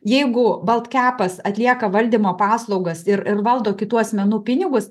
jeigu baltkepas atlieka valdymo paslaugas ir ir valdo kitų asmenų pinigus